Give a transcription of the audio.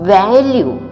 value